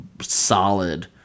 solid –